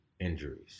injuries